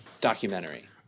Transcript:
documentary